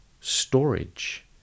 storage